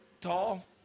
tall